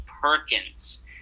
Perkins